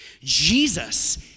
Jesus